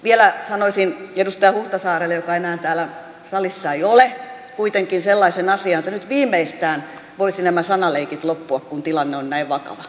vielä sanoisin edustaja huhtasaarelle joka enää täällä salissa ei ole kuitenkin sellaisen asian että nyt viimeistään voisivat nämä sanaleikit loppua kun tilanne on näin vakava